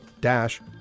dash